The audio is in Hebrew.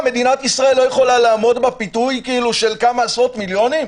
מדינת ישראל לא יכולה לעמוד בפיתוי של כמה עשרות מיליונים?